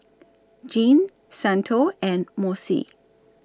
Jeane Santo and Mossie